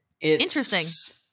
Interesting